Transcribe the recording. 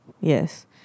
yes